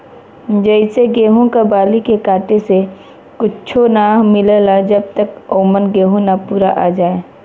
जइसे गेहूं क बाली के काटे से कुच्च्छो ना मिलला जब तक औमन गेंहू ना पूरा आ जाए